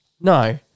No